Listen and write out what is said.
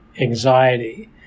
anxiety